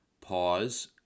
pause